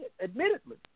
admittedly